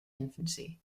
infancy